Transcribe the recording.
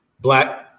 black